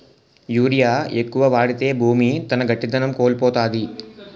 urea ఎక్కువ వాడితే భూమి తన గట్టిదనం కోల్పోతాది